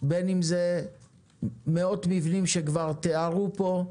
בין אם זה במאות מבנים, וכבר תיארו פה,